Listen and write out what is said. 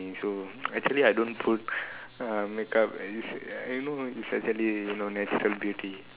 me so actually I don't put uh makeup at least you you know is actually you know is natural beauty